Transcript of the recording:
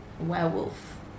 werewolf